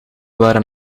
waren